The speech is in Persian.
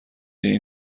این